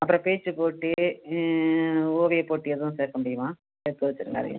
அப்புறம் பேச்சுப் போட்டி ஓவியப் போட்டி ஏதுவும் சேர்க்க முடியுமா நிறைய